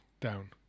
down